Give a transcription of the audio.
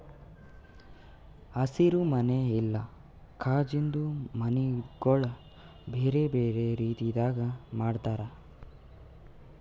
ಹಸಿರು ಮನಿ ಇಲ್ಲಾ ಕಾಜಿಂದು ಮನಿಗೊಳ್ ಬೇರೆ ಬೇರೆ ರೀತಿದಾಗ್ ಮಾಡ್ತಾರ